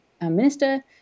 minister